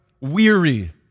weary